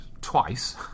twice